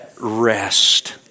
rest